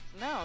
No